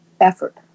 effort